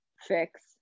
fix